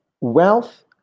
Wealth